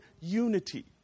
unity